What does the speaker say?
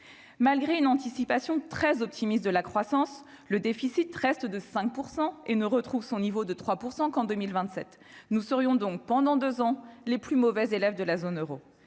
malgré une anticipation très optimiste de la croissance, le déficit reste de 5 % et ne retrouve son niveau de 3 % qu'en 2027, nous serions donc pendant 2 ans les plus mauvais élèves de la zone Euro,